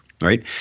right